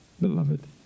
beloved